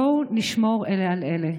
בואו נשמור אלה על אלה.